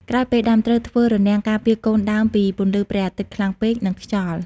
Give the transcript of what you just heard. ក្រោយពេលដាំ ត្រូវធ្វើរនាំងការពារកូនដើមពីពន្លឺព្រះអាទិត្យខ្លាំងពេក និងខ្យល់។